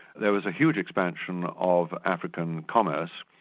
there was a huge expansion of african commerce,